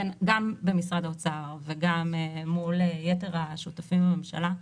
גם במשרד האוצר וגם מול יתר השותפים בממשלה,